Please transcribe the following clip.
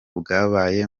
bwabaye